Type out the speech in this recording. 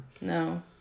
No